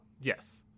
Yes